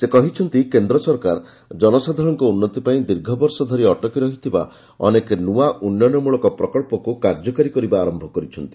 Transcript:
ସେ କହିଛନ୍ତି କେନ୍ଦ୍ର ସରକାର ଜନସାଧାରଣଙ୍କ ଉନ୍ନତି ପାଇଁ ଦୀର୍ଘବର୍ଷ ଧରି ଅଟକି ରହିଥିବା ଅନେକ ନୂଆ ଉନ୍ନୟନମୂଳକ ପ୍ରକଳ୍ପକୁ କାର୍ଯ୍ୟକାରୀ କରିବା ଆରମ୍ଭ କରିଛନ୍ତି